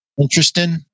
interesting